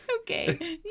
Okay